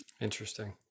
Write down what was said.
Interesting